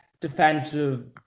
defensive